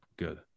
good